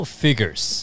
figures